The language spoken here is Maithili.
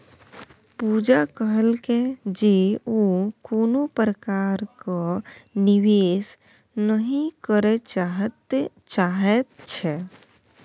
पूजा कहलकै जे ओ कोनो प्रकारक निवेश नहि करय चाहैत छै